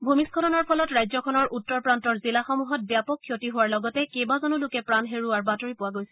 ভূমিস্থলনৰ ফলত ৰাজ্যখনৰ উত্তৰ প্ৰান্তৰ জিলাসমূহত ব্যাপক ক্ষতি হোৱাৰ লগতে কেইবাজনো লোকে প্ৰাণ হেৰুওৱাৰ বাতৰি পোৱা গৈছে